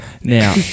Now